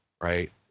right